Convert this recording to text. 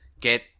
get